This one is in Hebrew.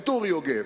את אורי יוגב,